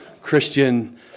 Christian